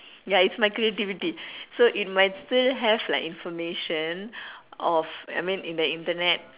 ya it's my creativity so it might still have like information of I mean in the Internet